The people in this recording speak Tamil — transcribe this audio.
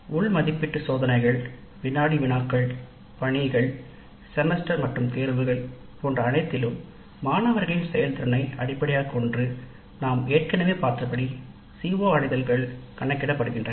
உள் மதிப்பீட்டு சோதனைகள் வினாடி வினாக்கள் பணிகள் செமஸ்டர் மற்றும் தேர்வுகள் போன்ற அனைத்தையும் அடிப்படையாகக் கொண்டு கணக்கிடப்படுகின்றன